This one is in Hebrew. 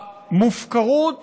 המופקרות